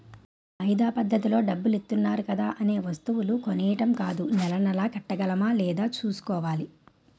వాయిదా పద్దతిలో డబ్బులిత్తన్నారు కదా అనే వస్తువులు కొనీడం కాదూ నెలా నెలా కట్టగలమా లేదా సూసుకోవాలి